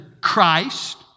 Christ